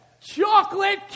chocolate